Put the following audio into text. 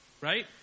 Right